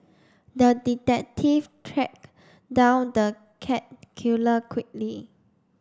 the detective tracked down the cat killer quickly